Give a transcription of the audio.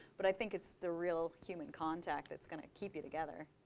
but i think it's the real human contact that's going to keep you together.